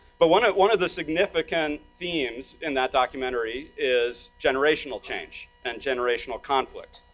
but one of one of the significant themes in that documentary, is generational change, and generational conflict,